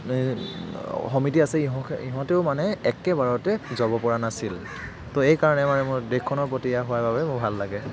সমিতি আছে ইহঁতে ইহঁতেও মানে একেবাৰতে যাব পৰা নাছিল ত' এইকাৰণে মানে মোৰ দেশখনৰ প্ৰতি এয়া হোৱা বাবে মোৰ ভাল লাগে